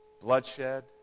Bloodshed